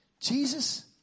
Jesus